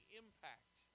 impact